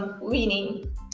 winning